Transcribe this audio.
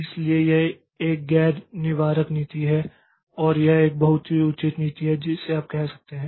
इसलिए यह एक गैर निवारक नीति है और यह एक बहुत ही उचित नीति है जिसे आप कह सकते हैं